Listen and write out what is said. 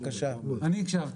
אני הקשבתי.